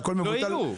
הכל מבוטל?